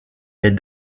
est